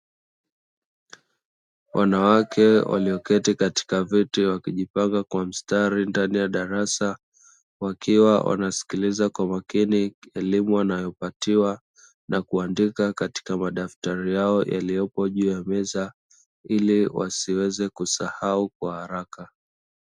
Wanawake walioketi katika viti wakijipanga kwa mstari ndani ya darasa, wakiwa wanaskiliza kwa makini elimu wanayopatiwa na kuandika katika madaftari yao yaliyopo juu ya meza, ili wasiweze kusahau kwa haraka.